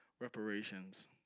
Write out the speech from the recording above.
reparations